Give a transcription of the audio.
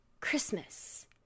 Christmas